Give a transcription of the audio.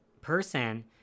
person